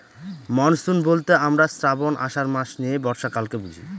monsoon বলতে আমরা শ্রাবন, আষাঢ় মাস নিয়ে বর্ষাকালকে বুঝি